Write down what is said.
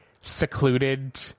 secluded